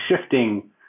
shifting